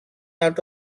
out